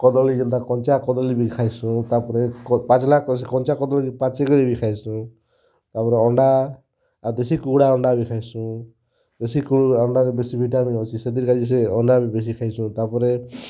କଦଳୀ ଯେନ୍ତା କଞ୍ଚା କଦଳୀ ବି ଖାଇସୁଁ ତାପରେ ପାଚିଲା କଞ୍ଚା କଦଳୀ ପାଚିକରି ବି ଖାଇସୁଁ ତାପରେ ଅଣ୍ଡା ଆଉ ଦେଶୀ କୁକୁଡ଼ା ଅଣ୍ଡା ବି ଖାଇସୁଁ ଦେଶି କୁକୁଡ଼ା ଅଣ୍ଡାରେ ବେଶୀ ଭିଟାମିନ୍ ଅଛି ସେଥିର୍ ଲାଗି ସେ ଅଣ୍ଡା ବି ବେଶୀ ଖାଇସୁଁ ତାପରେ